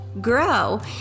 grow